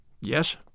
Yes